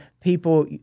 people